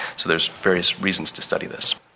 so there's various reasons to study this.